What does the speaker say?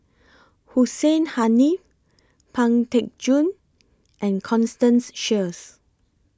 Hussein Haniff Pang Teck Joon and Constance Sheares